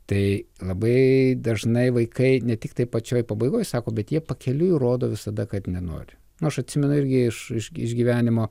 tai labai dažnai vaikai ne tiktai pačioj pabaigoj sako bet jie pakeliui rodo visada kad nenori nu aš atsimena irgi iš iš iš gyvenimo